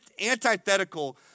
antithetical